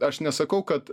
aš nesakau kad